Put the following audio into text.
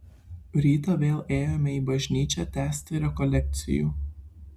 rytą vėl ėjome į bažnyčią tęsti rekolekcijų